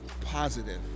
positive